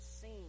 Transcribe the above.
scene